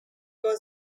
was